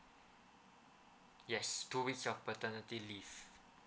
yes two weeks the paternity leave